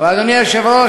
אדוני היושב-ראש,